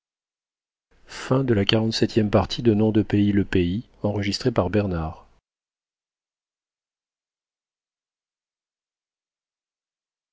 le roi de le